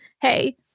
hey